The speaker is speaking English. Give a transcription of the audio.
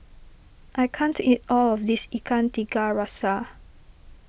I can't eat all of this Ikan Tiga Rasa